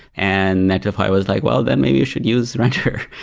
and netlify was like, well, then maybe you should use render.